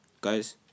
Guys